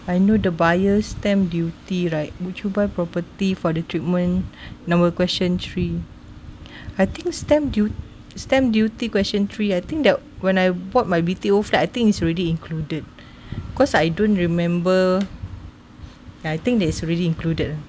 I know the buyer's stamp duty right would you buy property for the treatment number question three I think stamp duty stamp duty question three I think that when I bought my B_T_O flat I think it's already included cause I don't remember I think that is really included